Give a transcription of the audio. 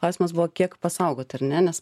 klausimas buvo kiek pasaugot ar ne nes